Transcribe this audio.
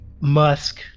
musk